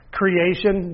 creation